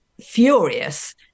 furious